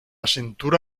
cintura